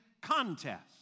contest